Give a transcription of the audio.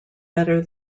better